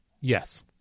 Yes